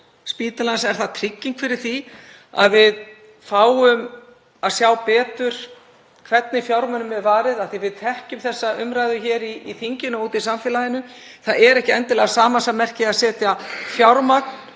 spítalans trygging fyrir því að við fáum að sjá betur hvernig fjármunum er varið? Við þekkjum þessa umræðu hér í þinginu og úti í samfélaginu. Það er ekki endilega samasemmerki á milli þess að setja fjármagn